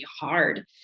hard